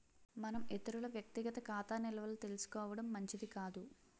మనం ఇతరుల వ్యక్తిగత ఖాతా నిల్వలు తెలుసుకోవడం మంచిది కాదు